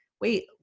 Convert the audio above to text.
wait